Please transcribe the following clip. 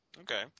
Okay